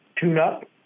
tune-up